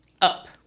up